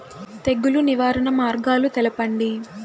తెగులు నివారణ మార్గాలు తెలపండి?